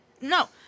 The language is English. No